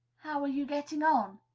how are you getting on?